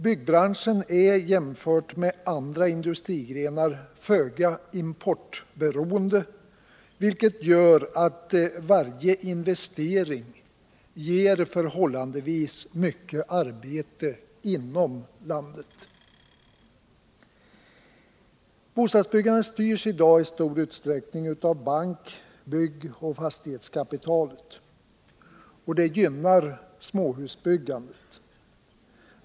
Byggbranschen är jämförd med andra industrigrenar föga importberoende, vilket gör att varje investering ger förhållandevis mycket arbete inom landet. Bostadsbyggandet styrs i dag i stor utsträckning av bank-, byggoch fastighetskapitalet. Detta gynnar småhusbyggandet.